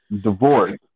divorce